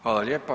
Hvala lijepa.